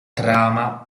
trama